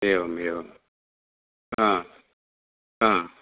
एवमेवम् हा हा